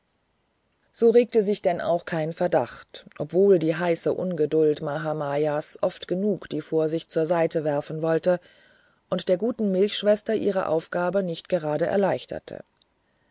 so regte sich denn auch kein verdacht obwohl die heiße ungeduld mahamayas oft genug die vorsicht zur seite werfen wollte und der guten milchschwester ihre aufgabe nicht gerade erleichterte